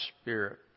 spirit